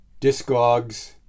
Discogs